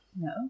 No